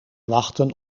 wachten